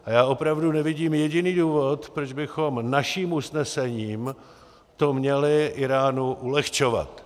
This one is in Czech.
A já opravdu nevidím jediný důvod, proč bychom to naším usnesením měli Íránu ulehčovat.